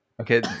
Okay